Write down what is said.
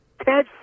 Ted